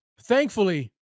thankfully